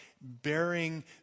bearing